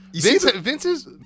Vince's